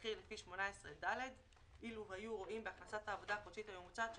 השכיר לפי סעיף 18יד אילו היו רואים בהכנסת העבודה החודשית הממוצעת שלו,